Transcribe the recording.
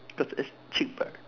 because it's cheaper